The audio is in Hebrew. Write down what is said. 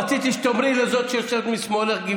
רציתי שתאמרי לזאת שיושבת משמאלך.